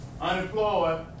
unemployed